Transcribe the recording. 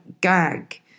gag